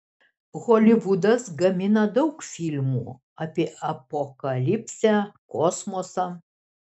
holivudas gamina daug filmų apie apokalipsę kosmosą